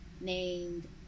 named